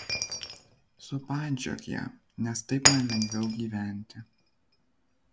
supančiok ją nes taip man lengviau gyventi